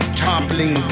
toppling